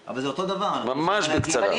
אתם פוטרים את המבוטחים מדמי התשלום של הביטוח